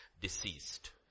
Deceased